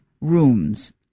rooms